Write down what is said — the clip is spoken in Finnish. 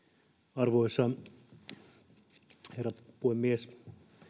arvoisa herra puhemies